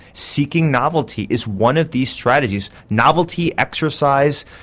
seeking novelty is one of these strategies novelty, exercise,